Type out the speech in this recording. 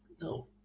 No